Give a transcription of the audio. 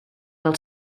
del